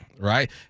right